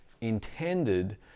intended